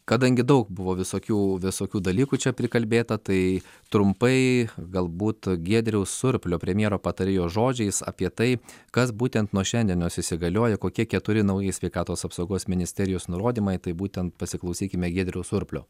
kadangi daug buvo visokių visokių dalykų čia prikalbėta tai trumpai galbūt giedriaus surplio premjero patarėjo žodžiais apie tai kas būtent nuo šiandienos įsigalioja kokie keturi nauji sveikatos apsaugos ministerijos nurodymai tai būtent pasiklausykime giedriaus surplio